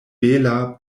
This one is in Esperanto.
bela